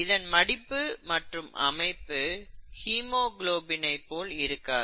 இதன் மடிப்பு மற்றும் அமைப்பு ஹீமோகுளோபினை போல் இருக்காது